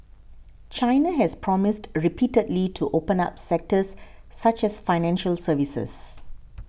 China has promised repeatedly to open up sectors such as financial services